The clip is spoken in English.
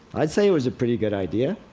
i'd say it was a pretty good idea.